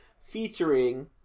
featuring